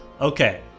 Okay